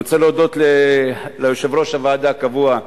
אני רוצה להודות ליושב-ראש הוועדה הקבוע,